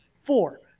Four